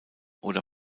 oder